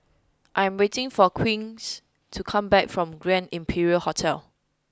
I am waiting for Queen to come back from Grand Imperial Hotel